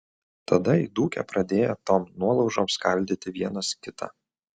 tada įdūkę pradėjo tom nuolaužom skaldyti vienas kitą